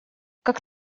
как